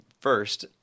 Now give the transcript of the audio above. first